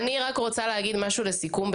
אני רוצה להגיד משהו לסיכום,